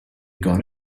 got